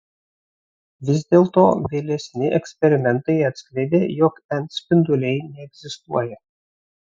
vis dėlto vėlesni eksperimentai atskleidė jog n spinduliai neegzistuoja